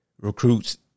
recruits